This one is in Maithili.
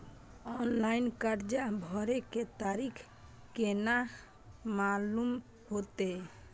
ऑनलाइन कर्जा भरे के तारीख केना मालूम होते?